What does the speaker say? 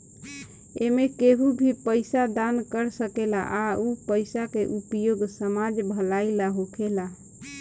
एमें केहू भी पइसा दान कर सकेला आ उ पइसा के उपयोग समाज भलाई ला होखेला